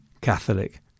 Catholic